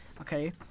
okay